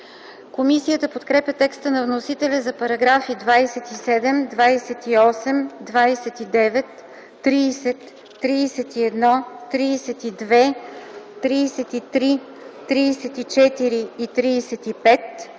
Комисията подкрепя текста на вносителя за параграфи 27, 28, 29, 30, 31, 32, 33, 34 и 35,